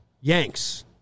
Yanks